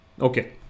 Okay